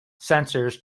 sensors